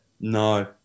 No